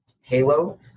Halo